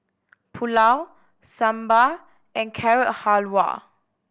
Pulao Sambar and Carrot Halwa